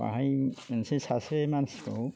बाहाय मोनसे सासे मानसिखौ